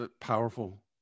Powerful